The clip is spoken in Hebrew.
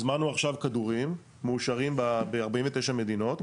הזמנו עכשיו כדורים מאושרים ב-49 מדינות,